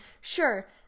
sure